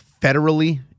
federally